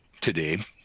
today